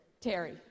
Terry